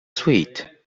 sweet